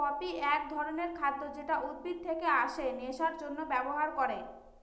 poppy এক ধরনের খাদ্য যেটা উদ্ভিদ থেকে আছে নেশার জন্যে ব্যবহার করে